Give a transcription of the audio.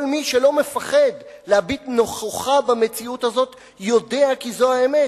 כל מי שלא מפחד להביט נכוחה במציאות הזאת יודע כי זו האמת.